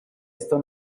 esto